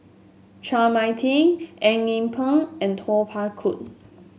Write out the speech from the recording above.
Chua Mia Tee Eng Yee Peng and Kuo Pao Kun